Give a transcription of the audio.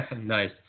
Nice